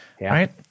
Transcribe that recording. right